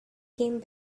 came